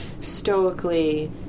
stoically